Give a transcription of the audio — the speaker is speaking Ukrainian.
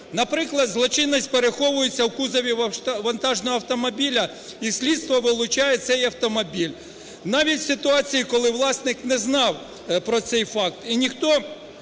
Наприклад, злочинець переховується у кузові вантажного автомобіля, і слідство вилучає цей автомобіль, навіть в ситуації, коли власник не знав про цей факт,